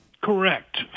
Correct